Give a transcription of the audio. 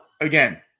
again